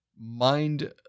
mind